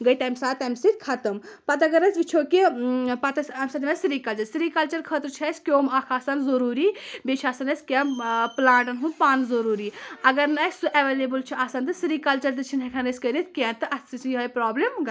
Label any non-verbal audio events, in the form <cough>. گٔے تَمہِ ساتہٕ تَمہِ سۭتۍ ختم پَتہٕ اگر أسۍ وُچھو کہِ پَتہٕ ٲسۍ اَمہِ <unintelligible> سِریٖکَلچَر سِریٖکَلچَر خٲطرٕ چھُ اسہِ کیٛوم اکھ آسان ضروٗری بیٚیہِ چھِ آسان اسہِ کیٚنٛہہ ٲں پٕلانٹَن ہُنٛد پَن ضروٗری اگر نہٕ اسہِ سُہ ایٚویلیبٕل چھُ آسان تہٕ سیِریٖکَلچَر تہِ چھِنہٕ ہیٚکان أسۍ کٔرِتھ کیٚنٛہہ تہٕ اَتھ سۭتۍ چھِ یِہٲے پرٛابلِم <unintelligible>